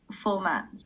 format